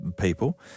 people